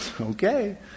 okay